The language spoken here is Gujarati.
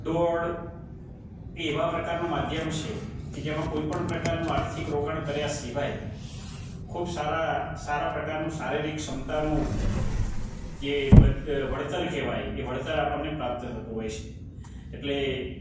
દોડ એ એવા પ્રકારનું માધ્યમ છે કે જેમાં કોઈપણ પ્રકારનું આર્થિક રોકાણ કર્યા સિવાય ખૂબ સારા સારા પ્રકારનું શારીરિક ક્ષમતાનું જ વળતર કહેવાય એ વળતર આપણને પ્રાપ્ત થતું હોય છે એટલે